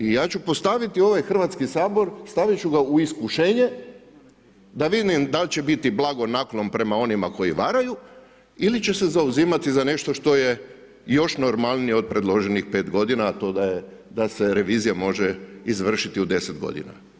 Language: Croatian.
I ja ću postaviti ovaj Hrvatski sabor, stavit ću ga u iskušenje da vidim da li će biti blagonaklon prema onima koji varaju ili će se zauzimati za nešto što je još normalnije od predloženih 5 godina, a to je da se revizija može izvršiti u 10 godina.